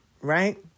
right